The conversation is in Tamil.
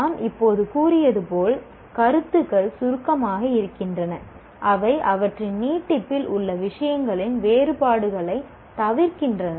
நாம் இப்போது கூறியது போல கருத்துக்கள் சுருக்கமாக இருக்கின்றன அவை அவற்றின் நீட்டிப்பில் உள்ள விஷயங்களின் வேறுபாடுகளைத் தவிர்க்கின்றன